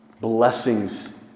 blessings